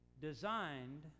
designed